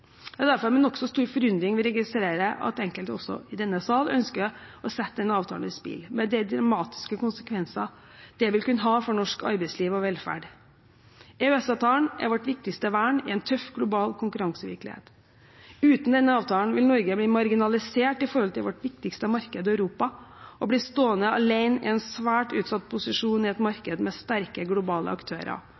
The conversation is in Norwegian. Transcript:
Det er derfor med nokså stor forundring jeg registrerer at enkelte også i denne sal ønsker å sette denne avtalen i spill, med de dramatiske konsekvensene det vil kunne ha for norsk arbeidsliv og velferd. EØS-avtalen er vårt viktigste vern i en tøff global konkurransevirkelighet. Uten denne avtalen vil Norge bli marginalisert i forhold til vårt viktigste marked i Europa og bli stående alene i en svært utsatt posisjon i et marked med sterke globale aktører.